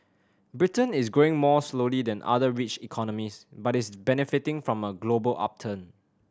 Britain is growing more slowly than other rich economies but is benefiting from a global upturn